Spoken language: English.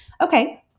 okay